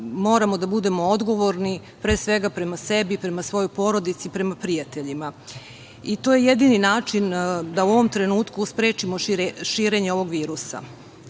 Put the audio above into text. moramo da budemo odgovorni, pre svega prema sebi, prema svojoj porodici, prema prijateljima. To je jedini način da u ovom trenutku sprečimo širenje ovog virusa.